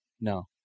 No